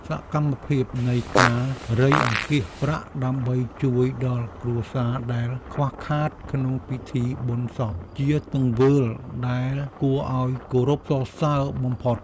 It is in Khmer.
សកម្មភាពនៃការរៃអង្គាសប្រាក់ដើម្បីជួយដល់គ្រួសារដែលខ្វះខាតក្នុងពិធីបុណ្យសព ជាទង្វើដែលគួរឱ្យគោរពសរសើរបំផុត។